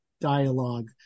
dialogue